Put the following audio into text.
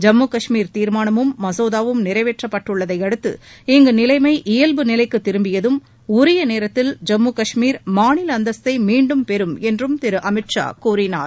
ஜம்மு காஷ்மீர் தீர்மானமும் மசோதாவும் நிறைவேற்றப்பட்டுள்ளதையடுத்து இங்கு நிலைமை இயல்பு நிலைக்கு திரும்பியதும் உரிய நேரத்தில் ஜம்மு காஷ்மீர் மாநில அந்தஸ்தை மீண்டும் பெறம் என்று திரு அமித்ஷா கூறினார்